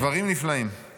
דברים נפלאים.